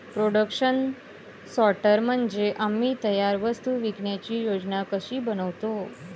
production sorter म्हणजे आम्ही तयार वस्तू विकण्याची योजना कशी बनवतो